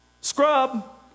scrub